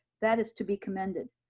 that is to be commended.